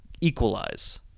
equalize